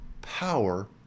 power